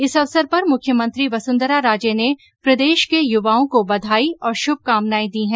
इस अवसर पर मुख्यमंत्री वसुंधरा राजे ने प्रदेश के युवाओं को बधाई और शुभकामनाए दी हैं